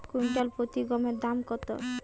Quintal প্রতি গমের দাম কত?